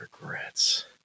regrets